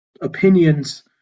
opinions